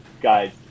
guys